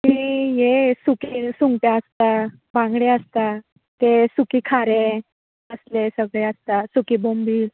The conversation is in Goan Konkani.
म्हजे कडेन हें सुखे सुंगटा आसता बांगडे आसता तें सुखें खारें असलें सगळें आसता सुकें बोंबील